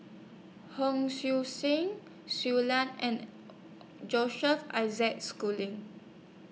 Hon Sui Sen Shui Lan and Joseph Isaac Schooling